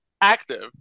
active